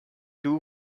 two